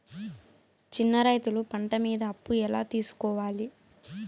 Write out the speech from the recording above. చిన్న రైతులు పంట మీద అప్పు ఎలా తీసుకోవాలి?